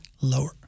lower